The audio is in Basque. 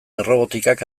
errobotikak